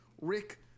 Rick